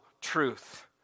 truth